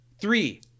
three